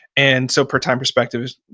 and so, per time perspective is,